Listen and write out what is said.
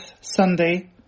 Sunday